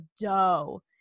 dough